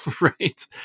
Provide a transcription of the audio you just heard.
Right